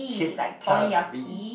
Kittery